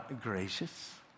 gracious